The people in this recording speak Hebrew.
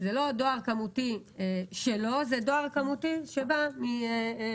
זה לא דואר כמותי שלו אלא זה דואר כמותי שבא מחברת